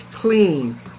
clean